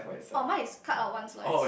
oh mine is cut out one slice